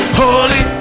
holy